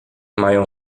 mają